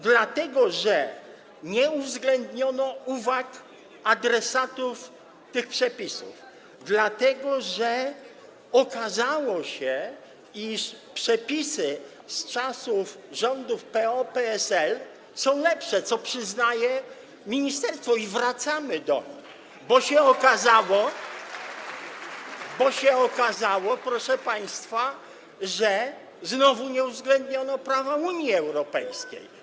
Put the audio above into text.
Dlatego że nie uwzględniono uwag adresatów tych przepisów, dlatego że okazało się, iż przepisy z czasów rządów PO-PSL są lepsze, co przyznaje ministerstwo, i wracamy do nich, bo okazało się, proszę państwa, że znowu nie uwzględniono prawa Unii Europejskiej.